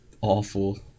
awful